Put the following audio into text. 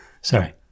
Sorry